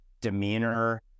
demeanor